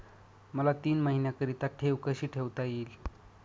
मला तीन महिन्याकरिता ठेव कशी ठेवता येईल?